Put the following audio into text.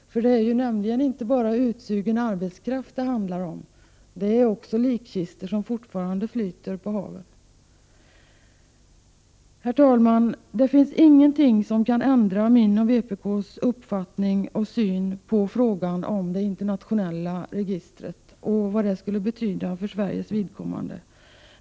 Det är nämligen inte bara utsugen arbetskraft det handlar om, utan också likkistor som fortfarande flyter på havet. Herr talman! Det finns ingenting som kan ändra min och vpk:s uppfattning och syn på frågan om det internationella registret och vad det skulle betyda för Sveriges vidkommande.